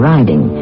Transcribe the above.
Riding